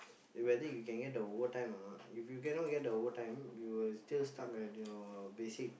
whether you can get the overtime or not if you cannot get the overtime you will still stuck at your basic